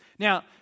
Now